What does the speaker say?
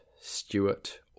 Stewart